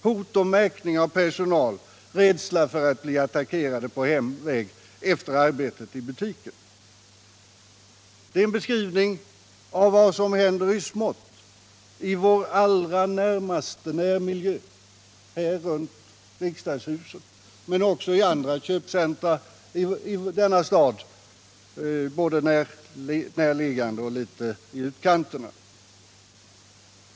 Hot om märkning av personal, rädsla för att bli attackerad på väg hem efter arbetet i butiken. Det här är en beskrivning av vad som händer i smått, i vår allra närmaste närmiljö här runt riksdagshuset men också i andra köpcentra i denna stad, både mer närliggande och mer i utkanterna.